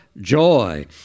joy